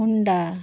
Honda